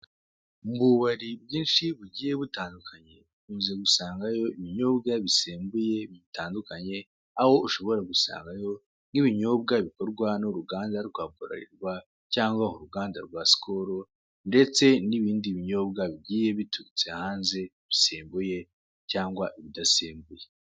Mu bubari bwinshi bugiye butandukanye ukunze gusangayo ibinyobwa bisembuye bitandukanye aho ushobora gusangayo nk'ibinyobwa bikorwa n'uruganda rwa burarirwa cyangwa uruganda rwa sikoro, ndetse n'ibindi binyobwa bigiye biturutse hanze bisembuye cyangwa ibidasembuye.